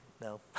no